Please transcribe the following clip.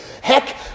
Heck